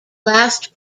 last